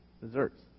Desserts